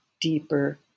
deeper